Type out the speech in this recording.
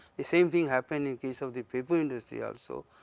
the same thing happen in case of the paper industry also,